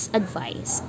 advice